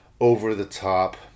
over-the-top